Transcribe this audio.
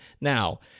Now